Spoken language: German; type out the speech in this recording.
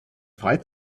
frei